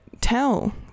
tell